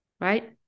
right